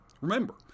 Remember